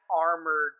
armored